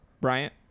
Bryant